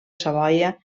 savoia